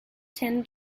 ten